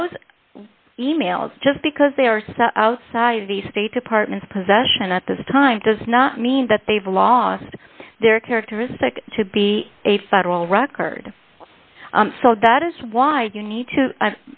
those e mails just because they are set outside the state department's possession at this time does not mean that they've lost their characteristic to be a federal record so that is why you need to